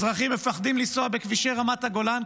אזרחים כבר מפחדים לנסוע בכבישי רמת גולן,